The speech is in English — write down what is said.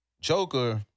Joker